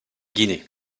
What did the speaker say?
guinée